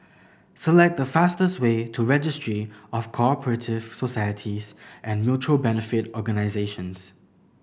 select the fastest way to Registry of Co Operative Societies and Mutual Benefit Organisations